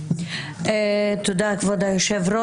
תודה, כבוד היו"ר.